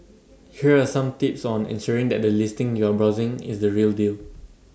here are some tips on ensuring that the listing you are browsing is the real deal